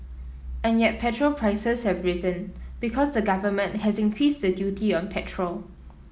and yet petrol prices have risen because the government has increased the duty on petrol